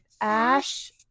Ash